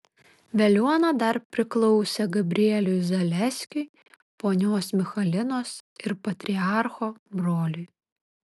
veliuona dar priklausė gabrieliui zaleskiui ponios michalinos ir patriarcho broliui